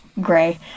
gray